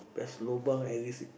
there's lobang every